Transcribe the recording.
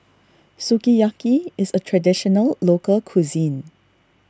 Sukiyaki is a Traditional Local Cuisine